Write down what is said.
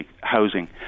housing